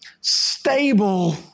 stable